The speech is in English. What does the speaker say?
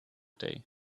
day